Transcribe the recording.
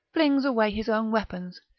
flings away his own weapons,